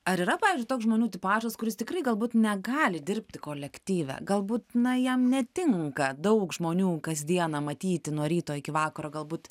ar yra pavyzdžiui toks žmonių tipažas kuris tikrai galbūt negali dirbti kolektyve galbūt na jam netinka daug žmonių kasdieną matyti nuo ryto iki vakaro galbūt